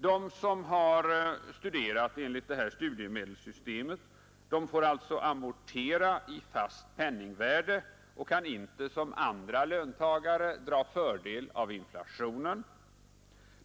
De som har studerat enligt det här studiemedelssystemet får alltså amortera i fast penningvärde och kan inte, som andra låntagare, dra fördel av inflationen.